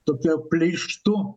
tokia pleištu